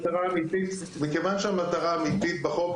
מכיוון שהמטרה האמיתית בחוק,